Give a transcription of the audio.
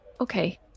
Okay